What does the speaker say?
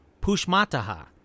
Pushmataha